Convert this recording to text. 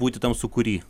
būti tam sūkury